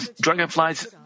dragonflies